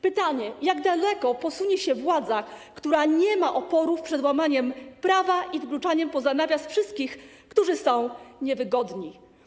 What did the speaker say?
Pytanie: Jak daleko posunie się władza, która nie ma oporów przed łamaniem prawa i wykluczaniem poza nawias wszystkich, którzy są niewygodni?